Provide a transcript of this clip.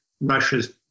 Russia's